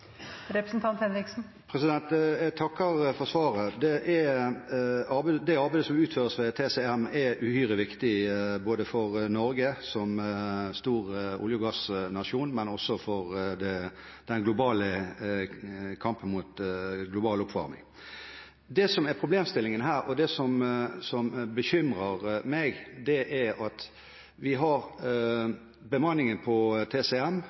Jeg takker for svaret. Det arbeidet som utføres ved TCM, er uhyre viktig både for Norge som stor olje- og gassnasjon og for kampen mot global oppvarming. Det som er problemstillingen her, og det som bekymrer meg, er at bemanningen på TCM